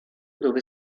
dove